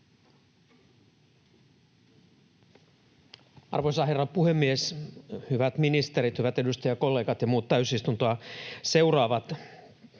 Arvoisa herra puhemies! Hyvät ministerit, hyvät edustajakollegat ja muut täysistuntoa seuraavat!